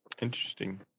Interesting